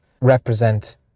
represent